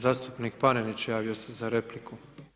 Zastupnik Panenić javio se za repliku.